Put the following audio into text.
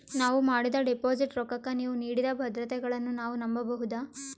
ನಾವು ಮಾಡಿದ ಡಿಪಾಜಿಟ್ ರೊಕ್ಕಕ್ಕ ನೀವು ನೀಡಿದ ಭದ್ರತೆಗಳನ್ನು ನಾವು ನಂಬಬಹುದಾ?